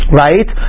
right